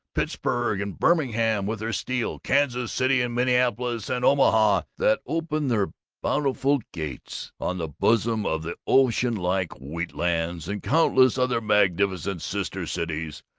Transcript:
pittsburg and birmingham with their steel, kansas city and minneapolis and omaha that open their bountiful gates on the bosom of the ocean-like wheatlands, and countless other magnificent sister-cities,